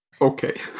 Okay